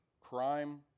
Crime